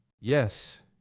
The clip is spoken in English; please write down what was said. Yes